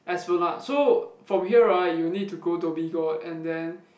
Esplanade so from here right you need to go Dhoby-Ghaut and then